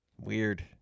Weird